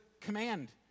command